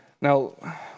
Now